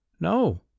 No